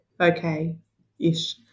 okay-ish